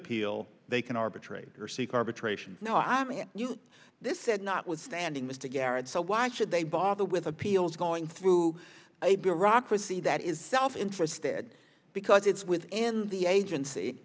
appeal they can arbitrator seek arbitration now i mean this said notwithstanding mr garrett so why should they bother with appeals going through a bureaucracy that is self interested because it's within the agency